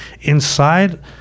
inside